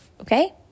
okay